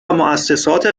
موسسات